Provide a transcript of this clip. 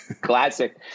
classic